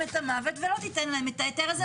את המוות ולא תיתן להם את ההיתר הזה,